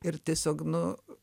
ir tiesiog nu